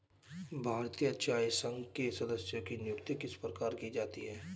भारतीय चाय संघ के सदस्यों की नियुक्ति किस प्रकार की जाती है?